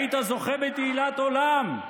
היית זוכה בתהילת עולם.